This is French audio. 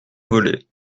velay